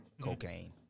Cocaine